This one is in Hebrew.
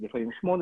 לפעמים 8,